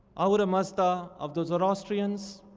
ahura mazda of the zoroastrians,